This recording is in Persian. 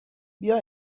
بیا